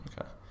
Okay